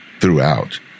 throughout